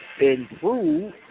improve